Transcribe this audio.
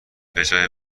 بجای